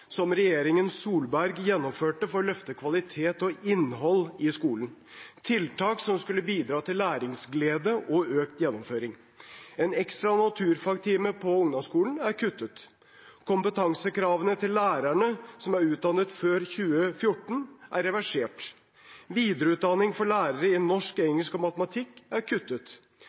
som regjeringen Solberg gjennomførte for å løfte kvalitet og innhold i skolen, tiltak som skulle bidra til læringsglede og økt gjennomføring. En ekstra naturfagstime på ungdomsskolen er kuttet. Kompetansekravene til lærerne som er utdannet før 2014, er reversert. Videreutdanning for lærere i norsk, engelsk og matematikk er kuttet.